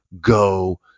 go